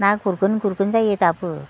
ना गुरगोन गुरगोन जायो दाबो